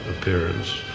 appearance